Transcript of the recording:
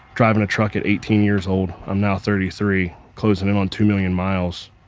driving a truck at eighteen years old, i'm now thirty three, closing in on two million miles,